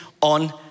on